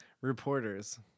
Reporters